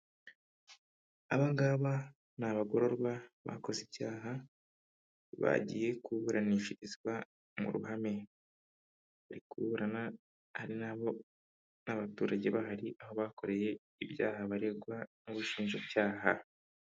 Aba ngaba ni abagororwa bakoze icyaha bagiye kuburanishirizwa mu ruhame, bari kuburana n'abaturage bahari aho abakoreye ibyaha baregwa n'ubushinjacyaha.